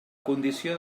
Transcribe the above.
condició